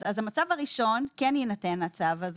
המצב הראשון כן יינתן הצו הזה,